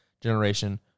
generation